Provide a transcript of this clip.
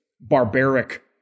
barbaric